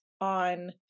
on